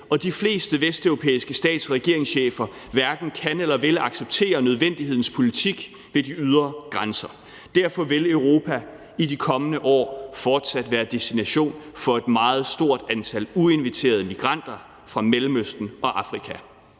og de fleste vesteuropæiske stats- og regeringschefer hverken kan eller vil acceptere nødvendighedens politik ved de ydre grænser. Derfor vil Europa i de kommende år fortsat være destination for et meget stort antal uinviterede migranter fra Mellemøsten og Afrika.